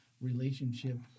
relationship